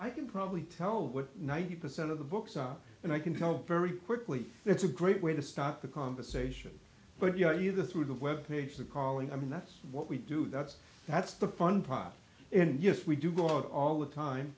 i can probably tell what ninety percent of the books are and i can tell very quickly it's a great way to start the conversation but you know either through the web page the calling i mean that's what we do that's that's the fun part and yes we do go out all the time